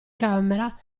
camera